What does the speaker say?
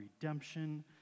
redemption